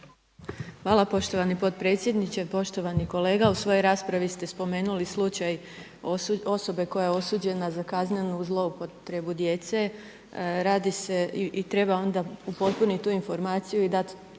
Hvala poštovani potpredsjedniče. Poštovani kolega u svojoj raspravi ste spomenuli slučaj osobe koja je osuđena za kaznenu zloupotrebu djece, radi se i treba onda upotpuniti tu informaciju i dati